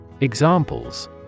Examples